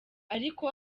ariko